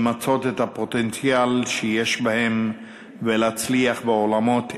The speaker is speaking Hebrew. למצות את הפוטנציאל שיש בהם ולהצליח בעולמות אלו.